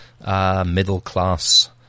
middle-class